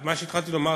מה שהתחלתי לומר,